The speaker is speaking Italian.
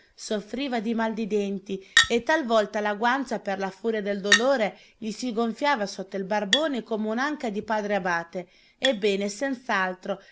soffriva di mal di denti e talvolta la guancia per la furia del dolore gli si gonfiava sotto il barbone come un'anca di padre abate ebbene